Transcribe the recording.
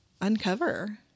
uncover